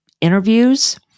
interviews